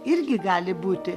irgi gali būti